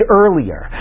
earlier